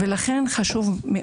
לכן חשוב,